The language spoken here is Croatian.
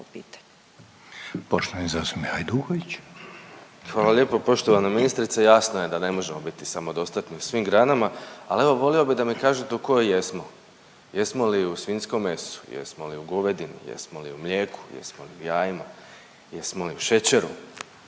Domagoj (Socijaldemokrati)** Hvala lijepo poštovana ministrice. Jasno je da ne možemo biti samodostatni u svim granama, ali evo volio bih da mi kažete u kojoj jesmo? Jesmo li u svinjskom mesu? Jesmo li u govedini? Jesmo li u mlijeku? Jesmo li jajima? Jesmo li u šećeru?